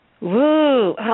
Woo